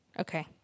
Okay